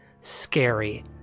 scary